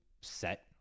set